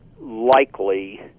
likely